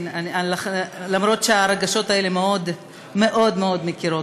אף מרות שהרגשות האלה מאוד מאוד מוכרים לי.